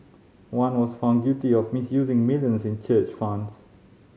one was found guilty of misusing millions in church funds